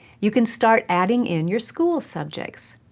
you can start adding in your school subjects.